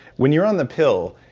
when you're on the pill,